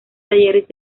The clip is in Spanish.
talleres